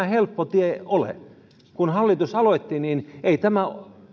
helppo tie ole kun hallitus aloitti niin ei tämä